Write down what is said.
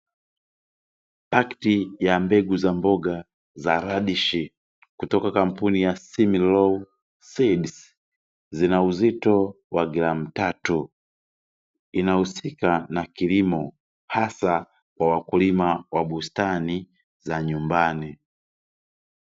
Pakti ya mbegu za mboga za Radish kutoka kampuni ya "Simlaw Seeds" zina uzito wa gram tatu. Inahusika na kilimo hasa kwa wakulima wa bustani za nyumbani.